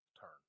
Turn